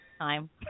time